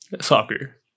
Soccer